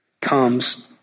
comes